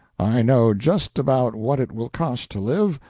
i know just about what it will cost to live,